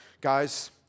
Guys